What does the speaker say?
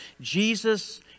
Jesus